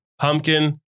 pumpkin